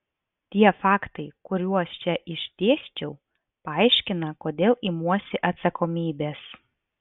tie faktai kuriuos čia išdėsčiau paaiškina kodėl imuosi atsakomybės